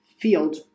field